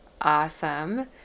Awesome